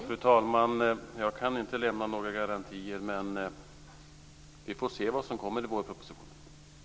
Fru talman! Jag kan inte lämna några garantier, men vi får se vad som kommer i vårpropositionen.